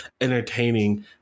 entertaining